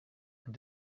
and